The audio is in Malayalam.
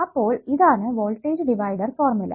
അപ്പോൾ ഇതാണ് വോൾട്ടേജ് ഡിവൈഡർ ഫോർമുല